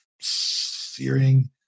Searing